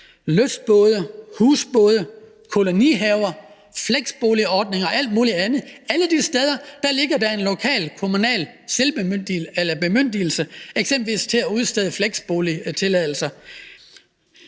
lystbåde, husbåde, kolonihaver, flexboligordning og alt muligt andet, og alle de steder ligger der en lokal kommunal bemyndigelse til eksempelvis at udstede flexboligtilladelser,